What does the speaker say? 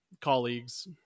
colleagues